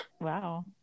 wow